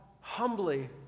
humbly